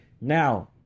now